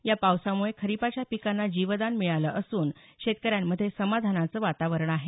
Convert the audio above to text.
या पावसामुळे खरीपाच्या पिकांना जीवदान मिळालं असून शेतकऱ्यामध्ये समाधानाचं वातावरण आहे